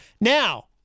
Now